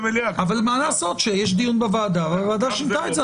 אבל יש דיון בוועדה והוועדה שינתה את זה,